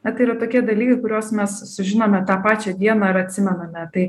na tai yra tokie dalykai kuriuos mes sužinome tą pačią dieną ir atsimename tai